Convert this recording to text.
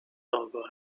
آگاه